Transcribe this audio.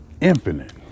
Infinite